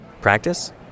practice